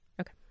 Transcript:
Okay